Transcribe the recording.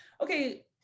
okay